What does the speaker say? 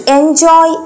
enjoy